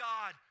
God